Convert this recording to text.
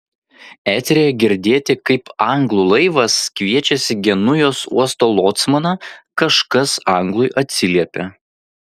eteryje girdėti kaip anglų laivas kviečiasi genujos uosto locmaną kažkas anglui atsiliepia